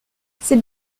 c’est